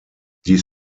die